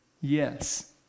Yes